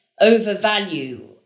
overvalue